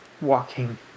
walking